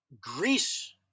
Greece